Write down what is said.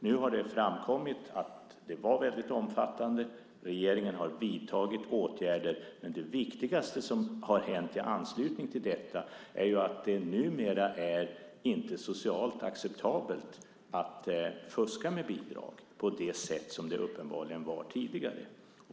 Nu har det framkommit att det var omfattande, och regeringen har vidtagit åtgärder. Men det viktigaste som har hänt i anslutning till detta är att det numera inte är socialt acceptabelt att fuska med bidrag på det sätt som uppenbarligen skedde tidigare.